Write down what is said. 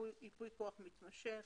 (ייפוי כוח מתמשך,